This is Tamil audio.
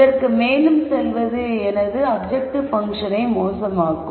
இதற்கு மேலும் செல்வது எனது அப்ஜெக்டிவ் பங்க்ஷனை மோசமாக்கும்